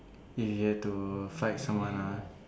if you have to fight someone ah